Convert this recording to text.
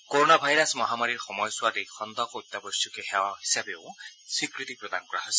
corona virus মহামাৰীৰ সময়ছোৱাত এই খণ্ডক অত্যাৱশ্যকীয় সেৱা হিচাপেও স্বীকৃতি প্ৰদান কৰা হৈছে